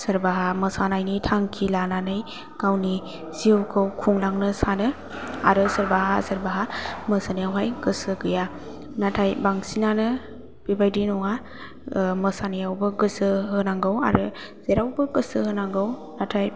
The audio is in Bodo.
सोरबाहा मोसानायनि थांखि लानानै गावनि जिउखौ खुंलांनो सानो आरो सोरबाहा सोरबाहा मोसानायावहाय गोसो गैया नाथाय बांसिनानो बेबादि नङा मोसानायावबो गोसो होनांगौ आरो जेरावबो गोसो होनांगौ नाथाय